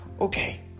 okay